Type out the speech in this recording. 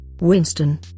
Winston